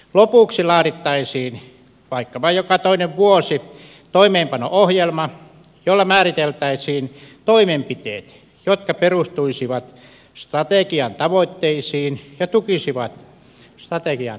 lopuksi laadittaisiin vaikkapa joka toinen vuosi toimeenpano ohjelma jolla määriteltäisiin toimen piteet jotka perustuisivat strategian tavoitteisiin ja tukisivat strategian toteuttamista